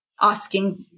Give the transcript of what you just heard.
asking